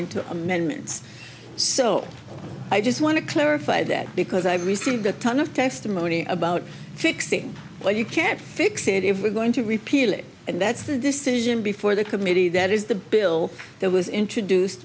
into amendments so i just want to clarify that because i've received a ton of testimony about fixing why you can't fix it if we're going to repeal it and that's the decision before the committee that is the bill that was introduced